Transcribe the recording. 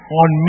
on